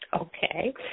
Okay